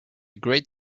great